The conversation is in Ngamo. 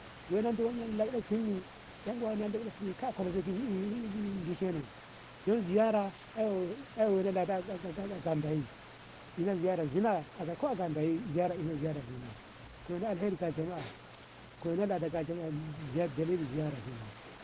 wei nandi wannan lakasimi yan uwana duka sini kono dishen go no ziyara aw a ngalda ey inno ziyara zina ko a ngalda ey ziyara inno zina ko na alheri ga jama'a konan na ga jama'a dalili ma ziyara kenan.